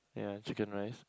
yeah chicken rice